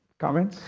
comments?